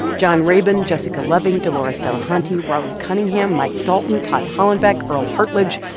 and john rabin, jessica loving, delores delahanti, raul cunningham, mike dalton, todd hollenbach, earl hartledge,